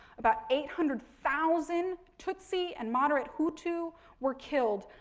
about eight hundred thousand tutsi and moderate hutu were killed,